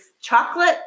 chocolate